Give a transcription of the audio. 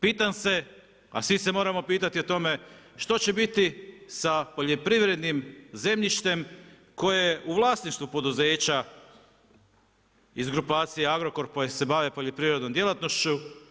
Pitam se, a svi se moramo pitati o tome, što će biti sa poljoprivrednim zemljištem, koje je u vlasništvu poduzeća iz grupacije Agrokor koje se bave poljoprivrednom djelatnošću.